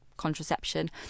contraception